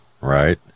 Right